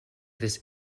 this